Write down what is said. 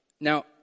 Now